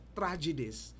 tragedies